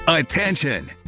attention